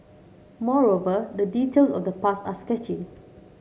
moreover the details of the past are sketchy